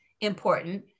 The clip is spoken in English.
important